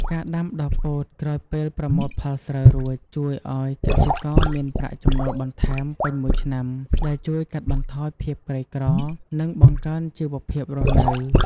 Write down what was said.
ការដាំដុះពោតក្រោយពេលប្រមូលផលស្រូវរួច ជួយឱ្យកសិករមានប្រាក់ចំណូលបន្ថែមពេញមួយឆ្នាំ ដែលជួយកាត់បន្ថយភាពក្រីក្រ និងបង្កើនជីវភាពរស់នៅ។